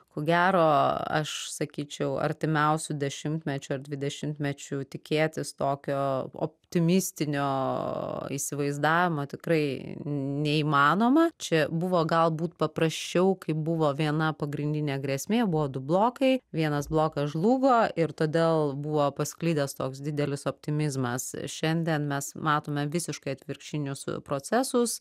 ko gero aš sakyčiau artimiausiu dešimtmečiu ar dvidešimtmečiu tikėtis tokio optimistinio įsivaizdavimo tikrai neįmanoma čia buvo galbūt paprasčiau kai buvo viena pagrindinė grėsmė buvo du blokai vienas blokas žlugo ir todėl buvo pasklidęs toks didelis optimizmas šiandien mes matome visiškai atvirkštinius procesus